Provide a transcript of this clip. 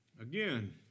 Again